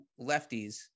lefties